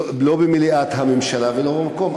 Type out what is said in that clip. לא במליאת הממשלה ולא במקום,